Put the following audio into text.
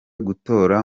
gutora